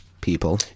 people